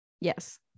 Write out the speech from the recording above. Yes